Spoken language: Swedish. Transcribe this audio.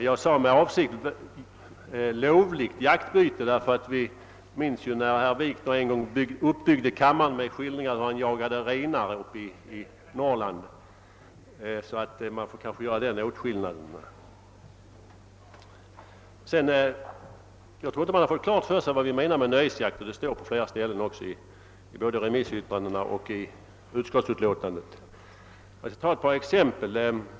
Jag sade med avsikt »lovligt jaktbyte« därför att vi minns ju hur herr Wikner en gång uppbyggde kammaren med en skildring av hur han jagade renar uppe i Norrland, och därför får man kanske göra den åtskillnaden. Jag tror inte att man fått klart för sig vad som menas med nöjesjakt. Uttrycket står på flera ställen i såväl remissyttrandena som i utskottsutlåtandet. Jag skall ta ett par exempel.